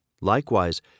likewise